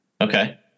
Okay